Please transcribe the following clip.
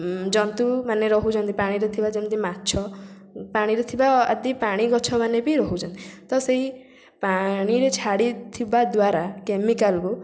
ଜନ୍ତୁମାନେ ରହୁଛନ୍ତି ପାଣିରେ ଥିବା ଯେମିତି ମାଛ ପାଣିରେ ଥିବା ଆଦି ପାଣି ଗଛ ମାନେ ବି ରହୁଛନ୍ତି ତ ସେଇ ପାଣିରେ ଛାଡ଼ିଥିବା ଦ୍ୱାରା କେମିକାଲ୍କୁ